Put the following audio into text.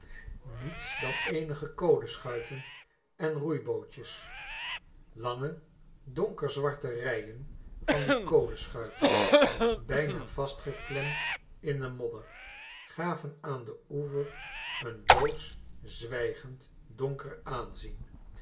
niets dan eenige kolenschuiten en roeibootjes lange donkerzwarte rijen van die kolenschuiten bijna vastgeklemd in de modder gaven aan den oever een doodsch zwijgend donker aanzien